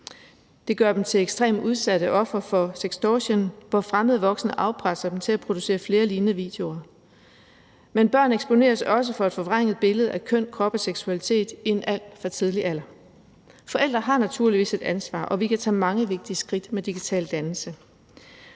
Det gør dem til ekstremt udsatte ofre for sextortion, hvor fremmede voksne afpresser dem til at producere flere lignende videoer. Men børn eksponeres også for et forvrænget billede af køn, krop og seksualitet i en alt for tidlig alder. Forældre har naturligvis et ansvar, og vi kan tage mange vigtige skridt med digital dannelse.